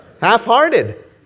Half-hearted